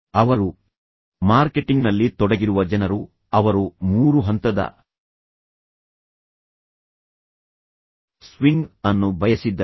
ಅವರು ಮಾರ್ಕೆಟಿಂಗ್ನಲ್ಲಿ ತೊಡಗಿರುವ ಜನರು ಅವರು ಮೂರು ಹಂತದ ಸ್ವಿಂಗ್ ಅನ್ನು ಬಯಸಿದ್ದರು